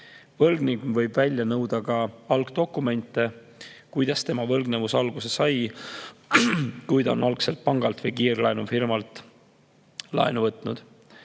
Võlgnik võib välja nõuda ka algdokumente, kuidas tema võlgnevus alguse sai, kui ta on algselt pangalt või kiirlaenufirmalt laenu võtnud.